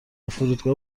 فرودگاه